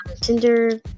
Tinder